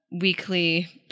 weekly